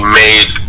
made